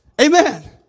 Amen